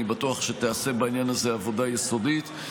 אני בטוח שתיעשה בעניין הזה עבודה יסודית,